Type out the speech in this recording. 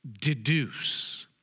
Deduce